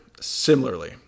similarly